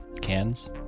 cans